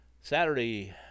Saturday